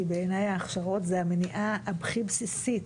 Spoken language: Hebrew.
כי בעיני ההכשרות זה המניעה הכי בסיסית.